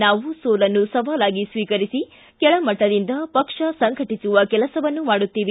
ನಾವು ಸೋಲನ್ನು ಸವಾಲಾಗಿ ಸ್ವೀಕರಿಸಿ ಕೆಳಮಟ್ಟದಿಂದ ಪಕ್ಷ ಸಂಘಟಿಸುವ ಕೆಲಸವನ್ನು ಮಾಡುತ್ತೇವೆ